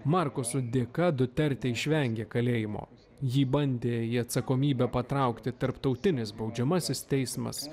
markosų dėka dutertė išvengė kalėjimo jį bandė į atsakomybę patraukti tarptautinis baudžiamasis teismas